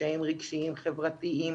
קשיים רגשיים חברתיים,